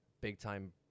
big-time